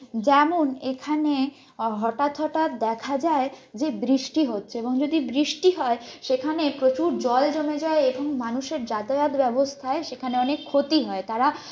যেমন এখানে অ হঠাৎ হঠাৎ দেখা যায় যে বৃষ্টি হচ্ছে এবং যদি বৃষ্টি হয় সেখানে প্রচুর জল জমে যায় এবং মানুষের যাতায়াত ব্যবস্থায় সেখানে অনেক ক্ষতি হয় তারা